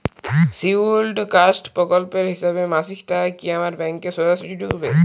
Scheduled caste প্রকল্পের হিসেবে মাসিক টাকা কি আমার ব্যাংকে সোজাসুজি ঢুকবে?